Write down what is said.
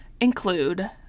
include